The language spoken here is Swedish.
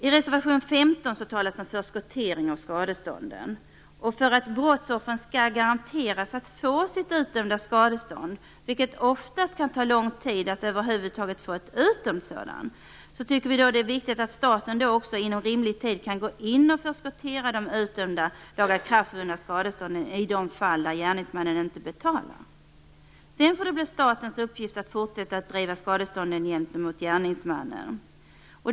I reservation 15 talas om förskottering av skadestånden. För att brottsoffren skall garanteras sitt utdömda skadestånd - det kan ofta ta lång tid att över huvud taget få utdömt ett sådant - tycker vi att staten inom rimlig tid skall gå in och förskottera de utdömda lagakraftvunna skadestånden i de fall där gärningsmannen inte betalar. Sedan får det bli statens uppgift att fortsätta att driva skadeståndskravet gentemot gärningsmannen.